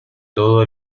todo